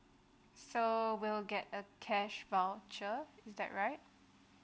so will get a cash voucher is that right